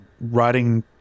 writing